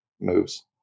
moves